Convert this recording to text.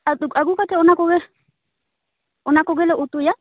ᱟᱹᱛᱩ ᱟᱹᱜᱩ ᱠᱟᱛᱮᱫ ᱚᱱᱟᱠᱚᱜᱮᱞᱮ ᱩᱛᱩᱭᱟ